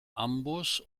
amboss